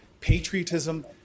patriotism